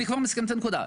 אני כבר מסכם את הנקודה.